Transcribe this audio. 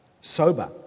Sober